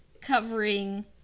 covering